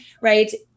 right